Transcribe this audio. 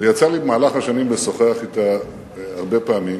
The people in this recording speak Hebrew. ויצא לי במהלך השנים לשוחח אתה הרבה פעמים.